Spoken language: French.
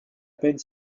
peine